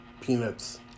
peanuts